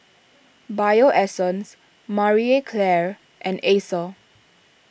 Bio Essence Marie Claire and Acer